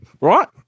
right